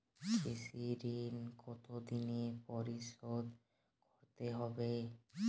কৃষি ঋণ কতোদিনে পরিশোধ করতে হবে?